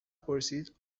پرسید